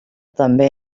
també